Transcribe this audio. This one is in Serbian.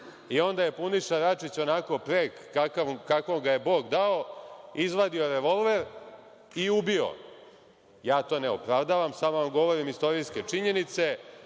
i onda je Puniša Račić, onako prek kako ga je Bog dao, izvadio revolver i ubio, ja to ne opravdavam, samo govorim istorijske činjenice,